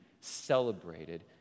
celebrated